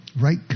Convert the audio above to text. right